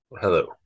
hello